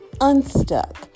unstuck